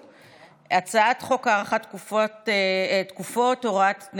הצעת חוק הארכת תקופות (הוראת שעה,